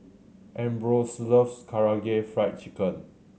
Ambrose loves Karaage Fried Chicken